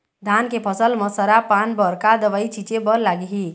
धान के फसल म सरा पान बर का दवई छीचे बर लागिही?